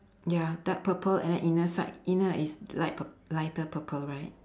ya dark purple and then inner side inner is light pur~ lighter purple right